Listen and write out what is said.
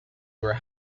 were